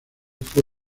fue